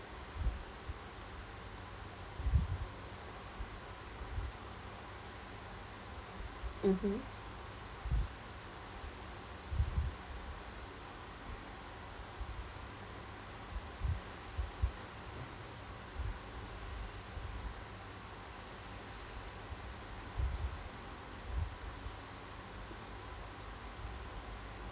mmhmm